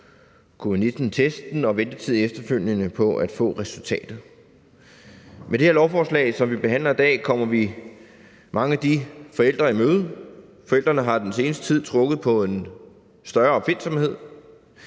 covid-19-testen og efterfølgende ventetid på at få resultatet. Med det lovforslag, vi behandler her i dag, kommer vi mange af de forældre i møde. Forældrene har den seneste tid trukket på en større opfindsomhed.